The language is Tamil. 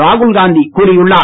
ராகுல் காந்தி கூறியுள்ளார்